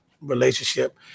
relationship